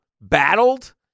battled